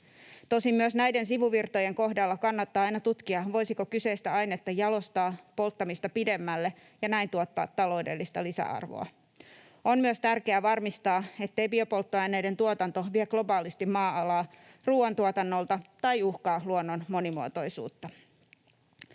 Tosin myös näiden sivuvirtojen kohdalla kannattaa aina tutkia, voisiko kyseistä ainetta jalostaa polttamista pidemmälle ja näin tuottaa taloudellista lisäarvoa. On myös tärkeää varmistaa, ettei biopolttoaineiden tuotanto vie globaalisti maa-alaa ruoantuotannolta tai uhkaa luonnon monimuotoisuutta.